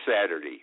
saturday